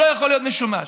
לא יכול לשמש לזה?